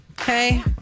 okay